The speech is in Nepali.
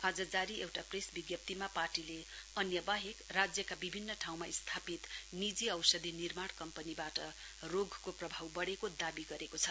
आज जारी एउटा प्रेस विज्ञप्तिमा पार्टीले अन्य बाहेक राज्यका विभिन्न ठाउँमा स्थापित निजी औषधी निर्माण कम्पनीबाट रोगको प्रभाव बडेको दाबी गरेको छ